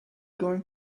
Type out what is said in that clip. going